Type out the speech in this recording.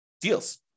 deals